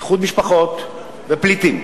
איחוד משפחות ופליטים.